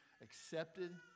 accepted